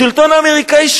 השלטון האמריקני,